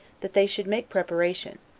that they should make preparation,